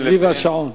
סביב השעון.